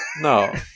No